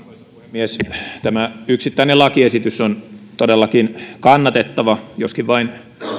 puhemies tämä yksittäinen lakiesitys on todellakin kannatettava joskin vain